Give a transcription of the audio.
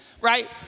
right